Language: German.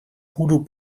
voodoo